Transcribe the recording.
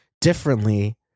differently